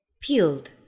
Peeled